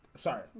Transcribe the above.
sorry.